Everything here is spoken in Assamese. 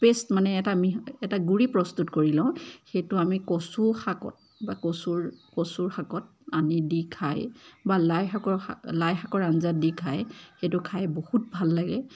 পেষ্ট মানে এটা এটা গুড়ি প্ৰস্তুত কৰি লওঁ সেইটো আমি কচু শাকত বা কচু কচুৰ শাকত আমি দি খাই বা লাই শাকৰ খা লাই শাকৰ আঞ্জাত দি খাই সেইটো খাই বহুত ভাল লাগে